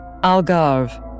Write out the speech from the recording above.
Algarve